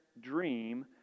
dream